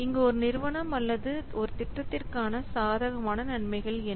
இங்கு ஒரு நிறுவனம் அல்லது ஒரு திட்டத்திற்கான சாதகமான நன்மைகள் என்ன